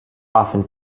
often